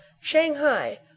shanghai